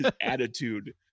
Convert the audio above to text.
attitude